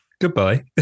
Goodbye